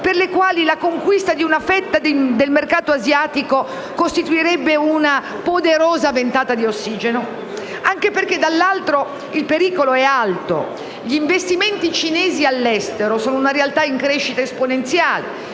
per le quali la conquista di una fetta del mercato asiatico costituirebbe un poderosa ventata di ossigeno? E dico questo anche perché, dal lato opposto, il pericolo è un altro: gli investimenti cinesi all'estero sono una realtà in crescita esponenziale.